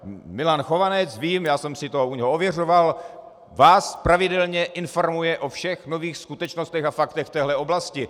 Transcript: Milan Chovanec, vím, já jsem si to u něj ověřoval, vás pravidelně informuje o všech nových skutečnostech a faktech v téhle oblasti.